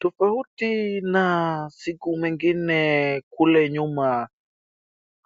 Tofauti na siku mengine kule nyuma.